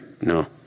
No